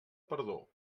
perdó